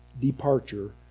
departure